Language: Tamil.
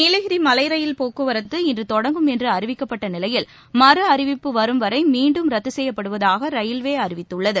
நீலகிரி மலை ரயில் போக்குவரத்து இன்று தொடங்கும் என்று அறிவிக்கப்பட்ட நிலையில் மறு அறிவிப்பு வரும் வரை மீண்டும் ரத்து செய்யப்படுவதாக ரயில்வே அறிவித்துள்ளது